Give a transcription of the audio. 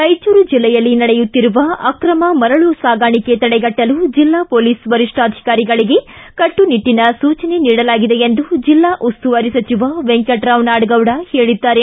ರಾಯಚೂರು ಜಿಲ್ಲೆಯಲ್ಲಿ ನಡೆಯುತ್ತಿರುವ ಅಕ್ರಮ ಮರಳು ಸಾಗಾಣಿಕೆ ತಡೆಗಟ್ಟಲು ಜಿಲ್ಲಾ ಪೊಲೀಸ್ ವರಿಷ್ಠಾಧಿಕಾರಿಗಳಿಗೆ ಕಟ್ಟುನಿಟ್ಟನ ಸೂಚನೆ ನೀಡಲಾಗಿದೆ ಎಂದು ಜಿಲ್ಲಾ ಉಸ್ತುವಾರಿ ಸಚಿವ ವೆಂಕಟರಾವ್ ನಾಡಗೌಡ ಹೇಳಿದ್ದಾರೆ